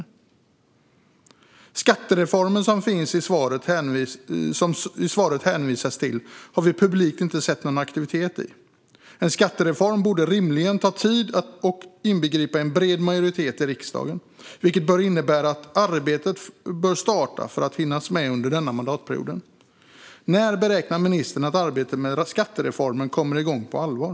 Den skattereform som det hänvisas till i svaret har vi publikt inte sett någon aktivitet i. En skattereform borde rimligen ta tid och inbegripa en bred majoritet i riksdagen, vilket bör innebära att arbetet bör starta för att hinnas med under denna mandatperiod. När beräknar ministern att arbetet med skattereformen kommer igång på allvar?